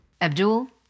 Abdul